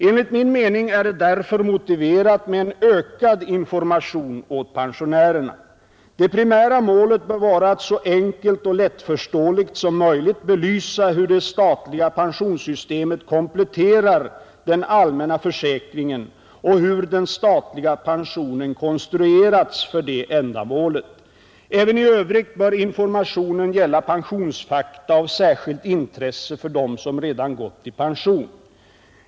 Enligt min mening är det därför motiverat med en ökad information åt pensionärerna. Det primära målet bör vara att så enkelt och lättförståeligt som möjligt belysa hur det statliga pensionssystemet kompletterar den allmänna försäkringen och hur den statliga pensionen konstruerats för det ändamålet. Även i övrigt bör informationen gälla pensionsfakta av särskilt intresse för dem som redan gått i pension.